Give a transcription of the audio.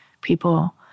people